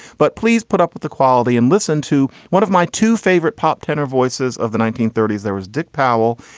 but please put up with the quality and listen to one of my two favorite pop tenor voices of the nineteen thirty s. there was dick powell,